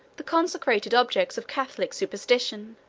the consecrated objects of catholic superstition